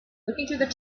looking